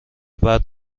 بعد